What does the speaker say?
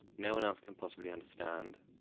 no one else can possibly understand,